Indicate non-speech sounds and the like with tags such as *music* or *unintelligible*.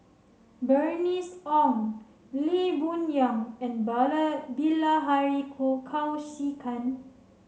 Bernice Ong Lee Boon Yang and *unintelligible* Bilahari Kausikan